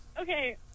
Okay